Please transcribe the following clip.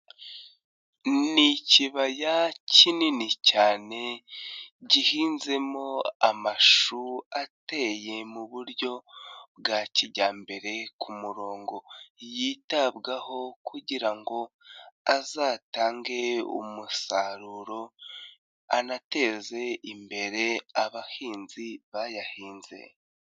Ni ikibaya kinini cyane gihinzemo amashu ateye mu buryo bwa kijyambere ku murongo. Yitabwaho kugira ngo azatange umusaruro, anateze imbere abahinzi bayahinze.